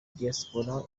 diaspora